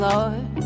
Lord